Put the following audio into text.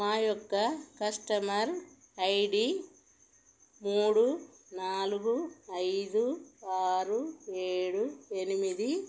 మా యొక్క customer ID మూడు నాలుగు ఐదు ఆరు ఏడు ఎనిమిది